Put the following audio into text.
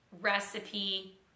recipe